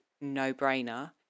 no-brainer